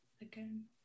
again